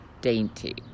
dainty